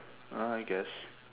ah I guess